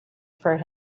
for